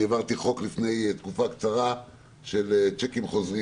בחוק שהעברנו לפני תקופה קצרה של צ'קים חוזרים